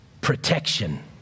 Protection